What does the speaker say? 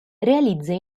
realizza